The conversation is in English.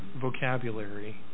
vocabulary